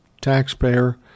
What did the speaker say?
taxpayer